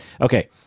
Okay